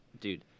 Dude